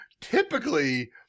Typically